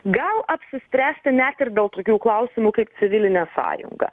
gal apsispręsti net ir dėl tokių klausimų kaip civilinė sąjunga